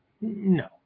No